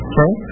Okay